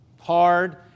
hard